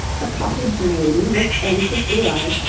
a cottage maiden with anxious blue eyes,